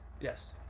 Yes